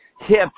hip